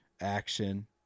action